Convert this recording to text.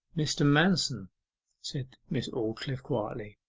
mr. manston said miss aldclyffe quietly.